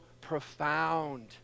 profound